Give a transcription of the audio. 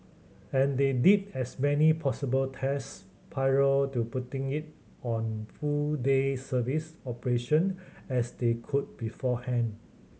and they did as many possible test prior to putting it on full day service operation as they could beforehand